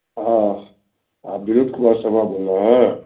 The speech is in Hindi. हाँ आप दिलीप कुमार शर्मा बोल रहे हैं